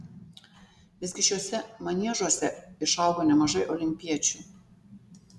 visgi šiuose maniežuose išaugo nemažai olimpiečių